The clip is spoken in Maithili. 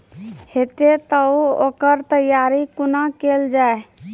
हेतै तअ ओकर तैयारी कुना केल जाय?